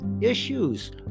issues